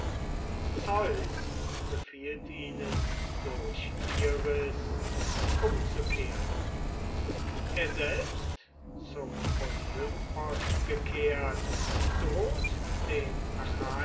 zeus befiehlt ihnen durch iris umzukehren er selbst zum olympos gekehrt droht den